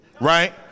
right